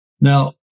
Now